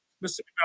Mississippi